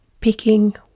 picking